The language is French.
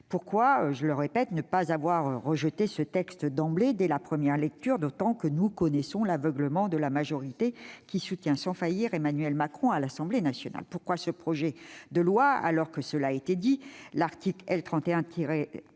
pourquoi ne pas avoir rejeté ce texte d'emblée, dès la première lecture, d'autant que nous connaissons l'aveuglement de la majorité qui soutient sans faillir Emmanuel Macron à l'Assemblée nationale ? Pourquoi ce projet de loi, alors que l'article L.